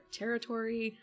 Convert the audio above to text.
territory